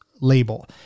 label